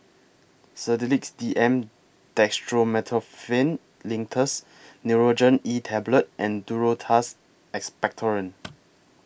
Sedilix D M Dextromethorphan Linctus Nurogen E Tablet and Duro Tuss Expectorant